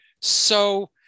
So-